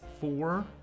four